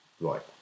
Right